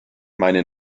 meine